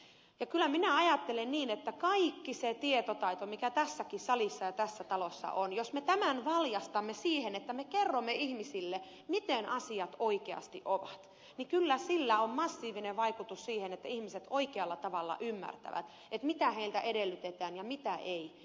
ja kyllä minä ajattelen niin että jos me kaiken sen tietotaidon mitä tässäkin salissa ja tässä talossa on valjastamme siihen että me kerromme ihmisille miten asiat oikeasti ovat niin kyllä sillä on massiivinen vaikutus siihen että ihmiset oikealla tavalla ymmärtävät mitä heiltä edellytetään ja mitä ei edellytetä